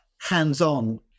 hands-on